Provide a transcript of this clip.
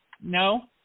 No